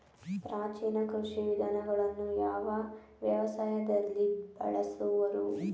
ಪ್ರಾಚೀನ ಕೃಷಿ ವಿಧಾನಗಳನ್ನು ಯಾವ ವ್ಯವಸಾಯದಲ್ಲಿ ಬಳಸುವರು?